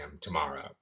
tomorrow